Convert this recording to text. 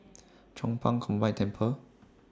Chong Pang Combined Temple